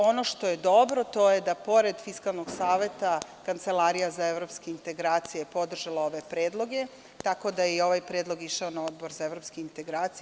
Ono što je dobro, to je da pored Fiskalnog saveta Kancelarija za evropske integracije je podržala ove predloge, tako da je i ovaj predlog išao na Odbor za evropske integracije.